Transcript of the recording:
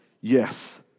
yes